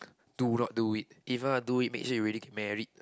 do not do it even wanna do it make sure you really can married